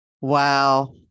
Wow